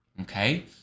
okay